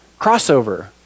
Crossover